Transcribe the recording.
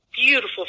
beautiful